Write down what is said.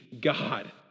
God